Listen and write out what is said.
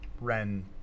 Ren